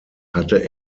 hatte